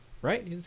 right